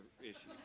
issues